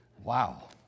Wow